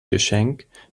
geschenk